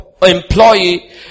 Employee